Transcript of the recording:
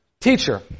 teacher